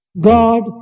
God